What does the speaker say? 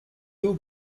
two